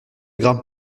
grimpe